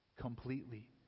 completely